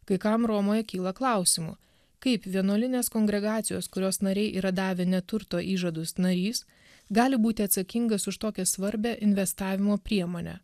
kai kam romoje kyla klausimų kaip vienuolinės kongregacijos kurios nariai yra davę neturto įžadus narys gali būti atsakingas už tokią svarbią investavimo priemonę